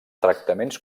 tractaments